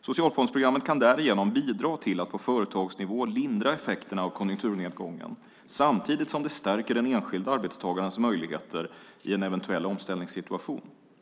Socialfondsprogrammet kan därigenom bidra till att på företagsnivå lindra effekterna av konjunkturnedgången samtidigt som det stärker den enskilde arbetstagarens möjligheter i en eventuell omställningssituation.